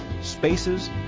spaces